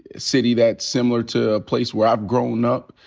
city that's similar to a place where i've grown up,